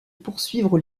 poursuivre